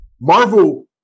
Marvel